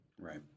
Right